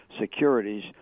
securities